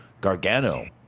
Gargano